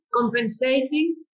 compensating